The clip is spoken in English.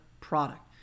product